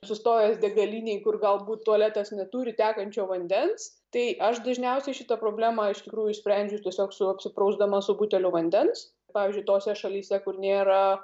sustojęs degalinėj kur galbūt tualetas neturi tekančio vandens tai aš dažniausiai šitą problemą iš tikrųjų išsprendžiu tiesiog su apsiprausdama su buteliu vandens pavyzdžiui tose šalyse kur nėra